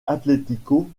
atlético